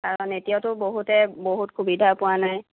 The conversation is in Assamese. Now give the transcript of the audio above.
কাৰণ এতিয়াতো বহুতে বহুত সুবিধা পোৱা নাই